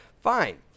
fine